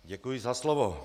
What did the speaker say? Děkuji za slovo.